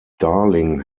darling